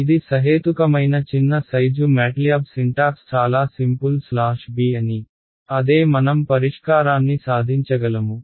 ఇది సహేతుకమైన చిన్న సైజు MATLAB సింటాక్స్ చాలా సింపుల్ స్లాష్ b అని అదే మనం పరిష్కారాన్ని సాధించగలము